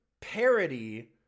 parody